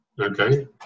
Okay